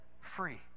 free